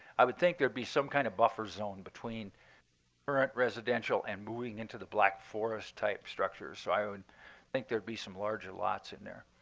i would think there'd be some kind of buffer zone between current residential and moving into the black forest type structure. so i would think there'd be some large lots in there.